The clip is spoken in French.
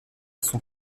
son